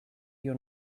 your